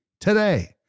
today